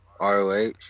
ROH